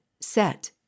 set